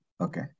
Okay